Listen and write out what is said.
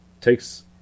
takes